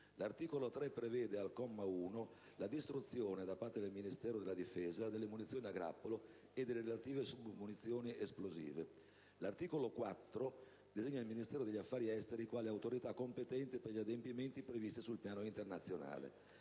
L'articolo 3 prevede, al comma 1, la distruzione da parte del Ministero della difesa delle munizioni a grappolo e delle relative submunizioni esplosive. L'articolo 4 designa il Ministero degli affari esteri quale autorità competente per gli adempimenti previsti sul piano internazionale.